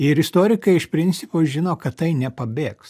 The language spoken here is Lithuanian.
ir istorikai iš principo žino kad tai nepabėgs